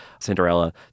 Cinderella